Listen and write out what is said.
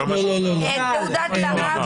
זה לא מה שאמרנו.